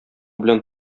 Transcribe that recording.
белән